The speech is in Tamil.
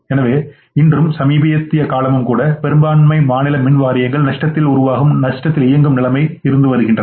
எனவே இன்றும் சமீபத்திய காலமும் கூட பெரும்பாலான மாநில மின் வாரியங்கள் நஷ்டத்தில் உருவாக்கும் நிலைமை இருந்தன